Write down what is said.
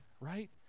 right